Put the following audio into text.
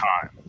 time